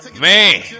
Man